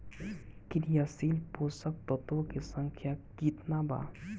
क्रियाशील पोषक तत्व के संख्या कितना बा?